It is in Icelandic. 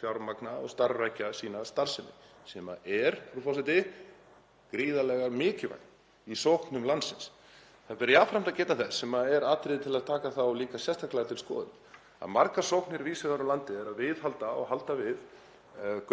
fjármagna og starfrækja sína starfsemi sem er, frú forseti, gríðarlega mikilvæg í sóknum landsins. Það ber jafnframt að geta þess sem er atriði til að taka það líka sérstaklega til skoðunar að margar sóknir víðs vegar um landið eru að halda við